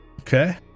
Okay